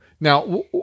Now